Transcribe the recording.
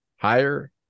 Higher